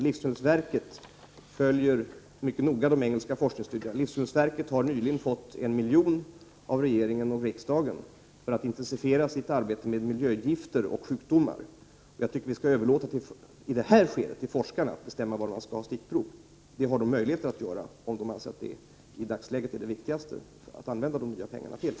Livsmedelsverket följer mycket noga de engelska forskningarna. Livsmedelsverket har nyligen fått 1 milj.kr. av regering och riksdag för att intensifiera sitt arbete med miljögifter och sjukdomar. Jag tycker att vi i det här skedet skall överlåta åt forskarna att bestämma var de skall ta stickprov. Det har de möjlighet att göra, om de anser att detta i dagsläget är det viktigaste att använda pengarna till.